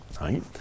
right